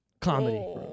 Comedy